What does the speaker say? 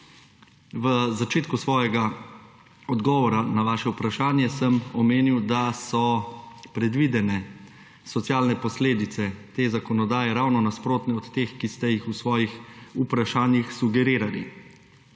V začetku svojega odgovora na vaše vprašanje sem omenil, da so predvidene socialne posledice te zakonodaje ravno nasprotne od teh, ki ste jih v svojih vprašanjih sugerirali.